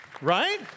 Right